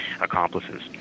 accomplices